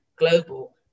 global